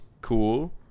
cool